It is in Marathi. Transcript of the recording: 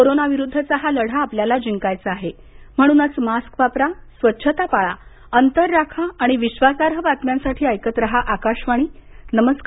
कोरोना विरुद्धचा हा लढा आपल्याला जिंकायचा आहे म्हणूनच मास्क वापरा स्वच्छता पाळा अंतर राखा आणि विश्वासार्ह बातम्यांसाठी ऐकत रहा आकाशवाणी नमस्कार